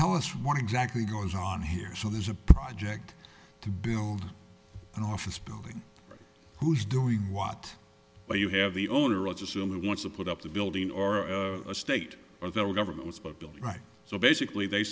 tell us what exactly goes on here so there's a project to build an office building who's doing what but you have the owner rogers who wants to put up a building or a state or federal government was but built right so basically they